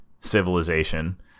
civilization